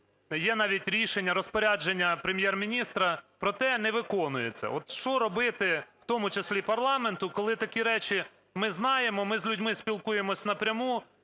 Є навіть рішення, розпорядження Прем'єр-міністра, проте не виконується. От що робити, в тому числі парламенту, коли такі речі ми знаємо, ми з людьми спілкуємось напряму,